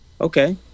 okay